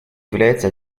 является